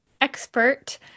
expert